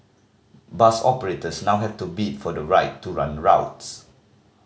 bus operators now have to bid for the right to run routes